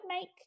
make